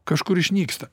kažkur išnyksta